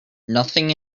nothing